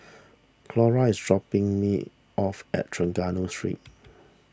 Coral is dropping me off at Trengganu Street